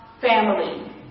family